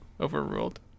Overruled